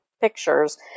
pictures